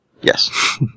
Yes